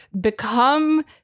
become